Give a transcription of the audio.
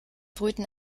brüten